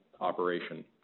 operation